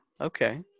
Okay